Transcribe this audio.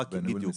בדיוק,